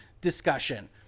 discussion